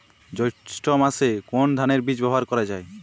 জৈষ্ঠ্য মাসে কোন ধানের বীজ ব্যবহার করা যায়?